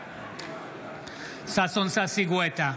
בעד ששון ששי גואטה,